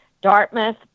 Dartmouth